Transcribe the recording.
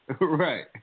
Right